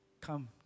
come